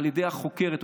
על ידי החוקרת,